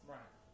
Right